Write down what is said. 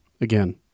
again